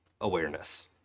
awareness